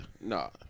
no